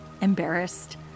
embarrassed